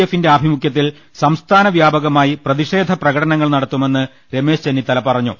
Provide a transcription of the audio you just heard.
എഫിന്റെ ആഭിമുഖ്യത്തിൽ സംസ്ഥാന വ്യാപകമായി പ്രതിഷേധ പ്രകടനങ്ങൾ നടത്തുമെന്ന് രമേശ് ചെന്നിത്തല പറഞ്ഞു